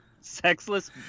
Sexless